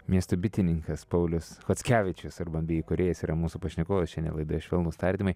miesto bitininkas paulius chockevičius urban bee įkūrėjas yra mūsų pašnekovas šiandien laidoje švelnūs tardymai